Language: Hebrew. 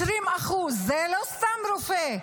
20%. זה לא סתם רופא,